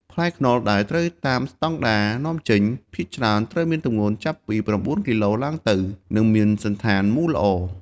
ផ្លែខ្នុរដែលត្រូវតាមស្តង់ដារនាំចេញ ភាគច្រើនត្រូវមានទម្ងន់ចាប់ពី ៩ គីឡូឡើងទៅ និងមានសណ្ឋានមូលល្អ។